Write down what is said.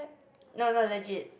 no no legit